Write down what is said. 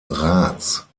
rats